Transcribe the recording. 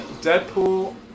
Deadpool